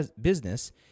business